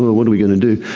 what are we going to do?